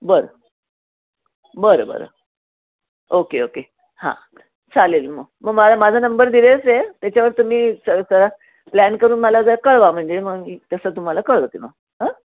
बरं बरं बरं ओके ओके हां चालेल मग मग मा माझा नंबर दिलेच आहे त्याच्यावर तुम्ही प्लॅन करून मला जर कळवा म्हणजे मग मी तसं तुम्हाला कळवते मग हं